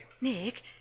Nick